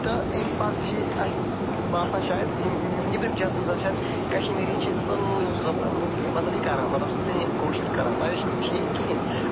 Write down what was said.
تہٕ اَمہِ پَتہٕ چھِ اَسہِ باسان شایَد نِبرِم شایَد کَشمیٖری چھِ سٲلِم لُکھ یہِ مطلب یہِ کران مطلب سیم کٲشُر کران مَگر یہِ چھُنہٕ ٹھیٖک کِہیٖنۍ